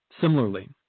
Similarly